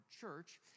church